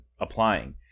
applying